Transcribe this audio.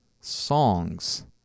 songs